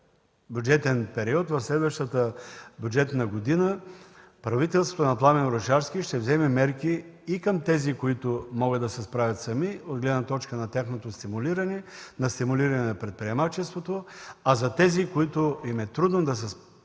в следващата бюджетна година правителството на Пламен Орешарски ще вземе мерки към тези, които могат да се справят сами от гледна точка на тяхното стимулиране, на стимулиране на предприемачеството. А за тези, на които е трудно да се справят